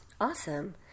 Awesome